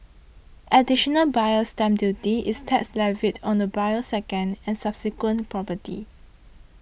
additional Buyer's Stamp Duty is tax levied on a buyer's second and subsequent property